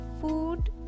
food